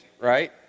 right